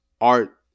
art